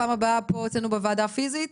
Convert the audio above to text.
פעם הבאה פה אצלנו בוועדה פיזית.